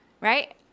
right